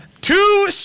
Two